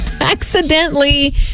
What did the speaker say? accidentally